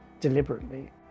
deliberately